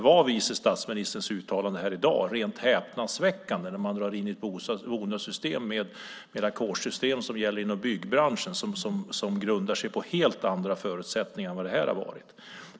Vice statsministerns uttalande i dag var rent häpnadsväckande, att jämföra ett bonussystem med ett ackordssystem som gäller inom byggbranschen. Det grundar sig på helt andra förutsättningar än de som har gällt här.